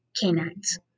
canines